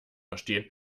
verstehen